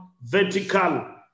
vertical